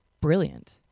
brilliant